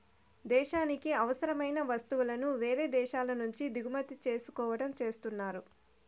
దేశానికి అవసరమైన వస్తువులను వేరే దేశాల నుంచి దిగుమతి చేసుకోవడం చేస్తున్నారు